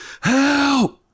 help